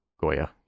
Goya